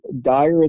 dire